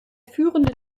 führende